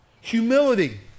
Humility